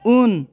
उन